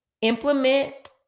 Implement